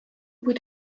would